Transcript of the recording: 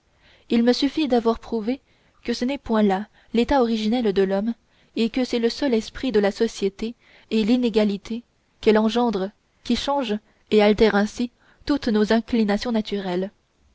il me suffit d'avoir prouvé que ce n'est point là l'état originel de l'homme et que c'est le seul esprit de la société et l'inégalité qu'elle engendre qui changent et altèrent ainsi toutes nos inclinations naturelles